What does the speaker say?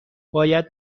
باید